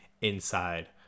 inside